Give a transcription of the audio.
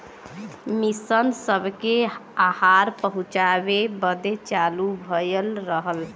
mission सबके आहार पहुचाए बदे चालू भइल रहल